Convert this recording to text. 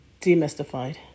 Demystified